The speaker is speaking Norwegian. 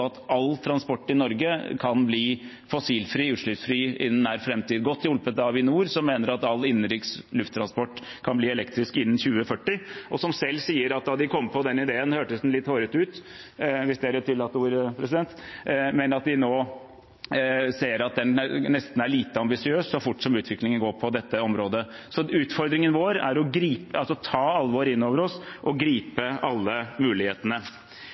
at all transport i Norge kan bli fossilfri – utslippsfri – innen nær framtid, godt hjulpet av Avinor, som mener at all innenriks lufttransport kan bli elektrisk innen 2040, og som selv sier at da de kom på den ideen, hørtes den litt hårete ut – hvis det er et tillatt ord, president – men at de nå ser at den nesten er lite ambisiøs, så fort som utviklingen går på dette området. Så utfordringen vår er å ta alvoret inn over oss og gripe alle mulighetene.